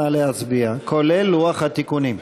כולל לוח התיקונים.